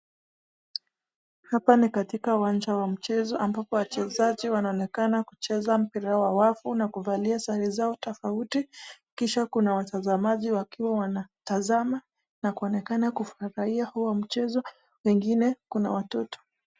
Hapa ni katika uwanja wa mchezo ambapo wachezaji wanaonekana kucheza mpira wa wafu na kuvalia sare zao tofauti, kisha kuna watazamaji wakiwa wanatazama na kuonekana kufurahia huo mchezo wengine kuna watoto.